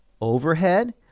overhead